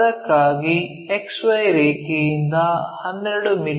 ಅದಕ್ಕಾಗಿ XY ರೇಖೆಯಿಂದ 12 ಮಿ